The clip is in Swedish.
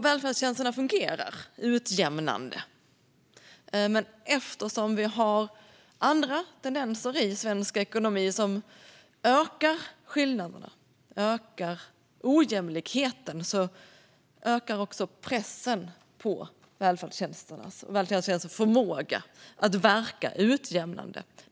Välfärdstjänsterna fungerar utjämnande, men eftersom vi har andra tendenser i svensk ekonomi - tendenser som ökar skillnaderna och ökar ojämlikheten - ökar pressen på välfärdstjänsternas förmåga att verka utjämnande.